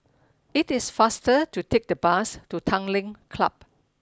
it is faster to take the bus to Tanglin Club